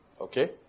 Okay